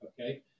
okay